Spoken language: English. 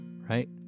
right